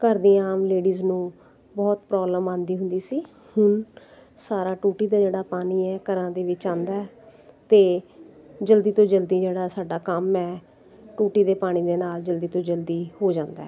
ਘਰ ਦੀ ਆਮ ਲੇਡੀਜ ਨੂੰ ਬਹੁਤ ਪ੍ਰੋਬਲਮ ਆਉਂਦੀ ਹੁੰਦੀ ਸੀ ਹੁਣ ਸਾਰਾ ਟੂਟੀ ਦਾ ਜਿਹੜਾ ਪਾਣੀ ਹੈ ਇਹ ਘਰਾਂ ਦੇ ਵਿੱਚ ਆਉਂਦਾ ਅਤੇ ਜਲਦੀ ਤੋਂ ਜਲਦੀ ਜਿਹੜਾ ਸਾਡਾ ਕੰਮ ਹੈ ਟੂਟੀ ਦੇ ਪਾਣੀ ਦੇ ਨਾਲ ਜਲਦੀ ਤੋਂ ਜਲਦੀ ਹੋ ਜਾਂਦਾ